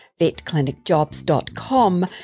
VetClinicJobs.com